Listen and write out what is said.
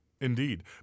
Indeed